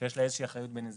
שיש לה אחריות בנזיקין.